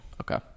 Okay